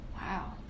Wow